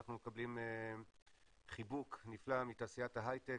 אנחנו מקבלים חיבוק נפלא מתעשיית ההייטק.